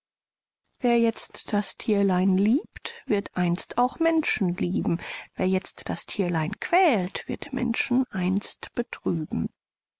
wer jetzt das thierlein liebt wird einst auch menschen lieben wer jetzt das thierlein quält wird menschen einst betrüben